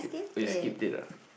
oh you skipped it ah